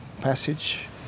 passage